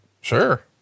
Sure